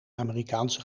amerikaanse